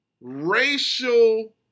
racial